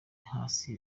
hasi